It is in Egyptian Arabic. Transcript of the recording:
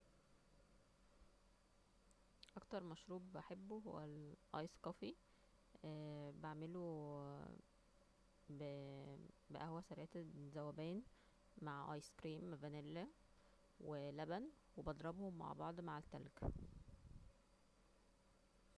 اكتر مشروب بحبه هو ايس كوفي بعمله ب قهوة سريعة الذوبان مع آيس كريم فانيلا ولبن وبضرهم معبعض مع التلج